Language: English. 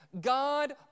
God